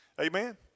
Amen